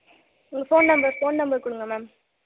உங்களுக்கு phone number phone number கொடுங்க ma'am